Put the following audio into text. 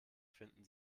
finden